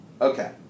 okay